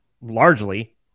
largely